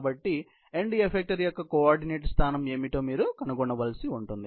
కాబట్టి end effector యొక్క coordinate స్థానం ఏమిటో మీరు కనుగొనవలసి ఉంటుంది